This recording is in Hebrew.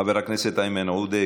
חבר הכנסת איימן עודה,